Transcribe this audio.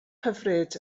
hyfryd